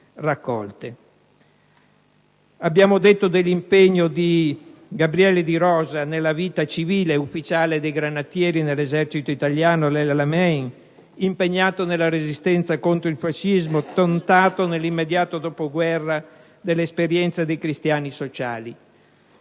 Abbiamo detto dell'impegno di Gabriele De Rosa nella vita civile: ufficiale dei granatieri dell'Esercito italiano ad El Alamein; impegnato nella Resistenza contro il fascismo e, nell'immediato dopoguerra, nell'esperienza dei cristiani sociali;